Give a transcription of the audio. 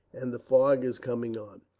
and the fog is coming on.